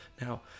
Now